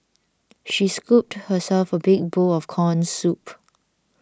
she scooped herself a big bowl of Corn Soup